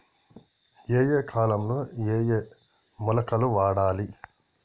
ఏయే కాలంలో ఏయే మొలకలు వాడాలి?